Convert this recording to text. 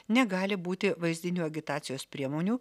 negali būti vaizdinių agitacijos priemonių